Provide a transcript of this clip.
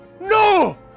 no